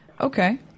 Okay